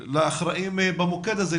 ולאחראים במוקד הזה,